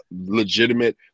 legitimate